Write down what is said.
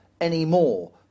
anymore